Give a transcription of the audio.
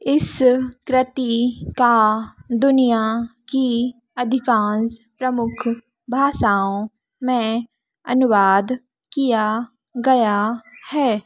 इस कृति का दुनिया की अधिकान्श प्रमुख भाषाओं में अनुवाद किया गया है